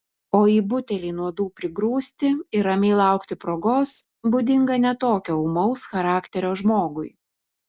o į butelį nuodų prigrūsti ir ramiai laukti progos būdinga ne tokio ūmaus charakterio žmogui